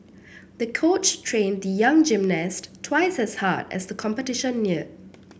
the coach trained the young gymnast twice as hard as the competition neared